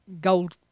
gold